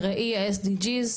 בראי ה-SDG.